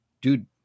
Dude